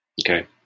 Okay